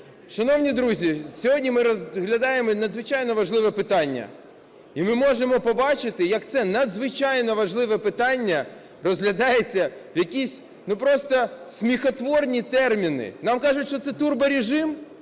Шановні друзі, сьогодні ми розглядаємо надзвичайно важливе питання, і ми можемо побачити, як це надзвичайно важливе питання розглядається в якісь, ну, просто сміхотворні терміни. Нам кажуть, що це турборежим.